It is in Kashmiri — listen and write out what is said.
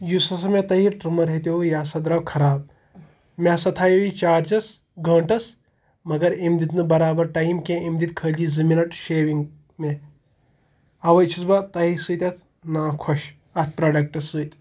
یُس ہسا مےٚ تۄہہِ یہِ ٹٕرٛمر ہیٚتیوُ یہِ ہسا درٛاو خراب مےٚ ہسا تھایو یہِ چارجس گٲنٛٹس مَگر أمۍ دِتۍ نہٕ برابر ٹایم کیٚنٛہہ أمۍ دِتۍ خٲلی زٕ مِنٹ شیوِنٛگ مےٚ اَوَے چھُس بہٕ تۄہہِ سۭتۍ اَتھ نا خۄش اَتھ پرٛوڈکٹ سۭتۍ